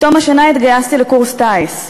בתום השנה התגייסתי לקורס טיס.